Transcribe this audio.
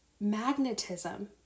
magnetism